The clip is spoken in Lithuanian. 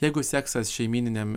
jeigu seksas šeimyniniam